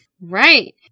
Right